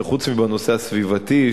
שחוץ מבנושא הסביבתי,